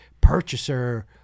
purchaser